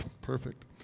Perfect